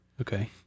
Okay